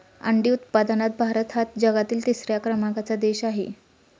अंडी उत्पादनात भारत हा जगातील तिसऱ्या क्रमांकाचा देश आहे